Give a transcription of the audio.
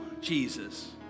Jesus